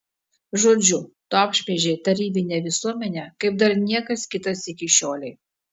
žodžiu tu apšmeižei tarybinę visuomenę kaip dar niekas kitas iki šiolei